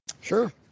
Sure